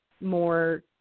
more